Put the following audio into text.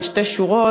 בן שתי שורות,